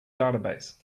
database